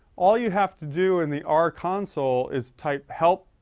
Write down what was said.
all you have to do in the r console is type help,